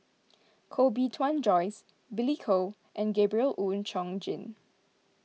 Koh Bee Tuan Joyce Billy Koh and Gabriel Oon Chong Jin